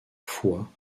foi